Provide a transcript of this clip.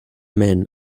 men